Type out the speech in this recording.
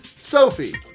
Sophie